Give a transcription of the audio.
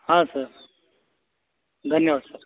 हा सर धन्यवाद सर